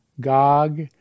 Gog